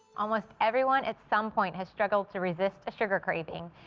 almost everyone at some point has struggled to resist a sugar craving,